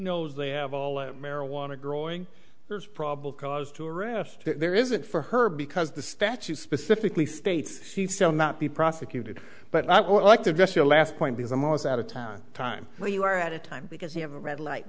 knows they have all the marijuana growing there's probable cause to arrest her there isn't for her because the statute specifically states she still not be prosecuted but i would like to address your last point because i'm always out of town time where you are at a time because you have a red light